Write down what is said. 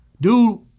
Dude